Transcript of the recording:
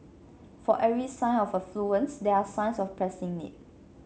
for every sign of affluence there are signs of pressing need